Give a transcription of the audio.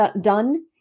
done